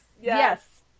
Yes